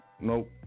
Nope